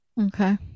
Okay